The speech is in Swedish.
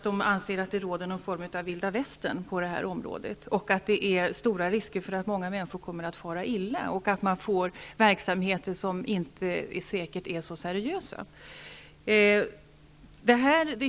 De ansåg att det råder någon form av Vilda västern på det här området, att det finns stor risk att många människor kommer att fara illa och att man får verksamheter som inte säkert är så seriösa.